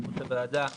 יושב-ראש הוועדה,